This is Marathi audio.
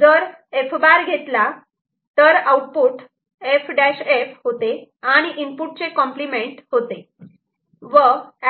जर F' घेतला तर आउटपुट F F होते आणि इनपुट चे कॉम्प्लिमेंट होते व